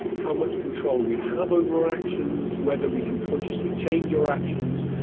how much control we have over our actions, whether we can consciously change our actions,